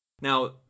Now